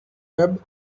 web